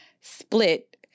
split